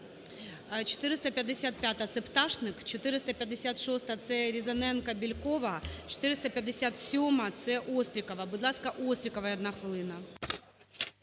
455-а – це Пташник, 456-а – це Різаненко, Бєлькова. 457-а – це Острікова. Будь ласка, Острікова, одна хвилина.